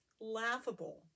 Laughable